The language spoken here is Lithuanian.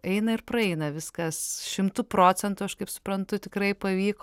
eina ir praeina viskas šimtu procentų aš kaip suprantu tikrai pavyko